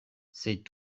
c’est